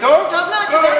טוב מאוד.